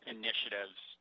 initiatives